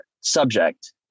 subject